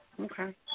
okay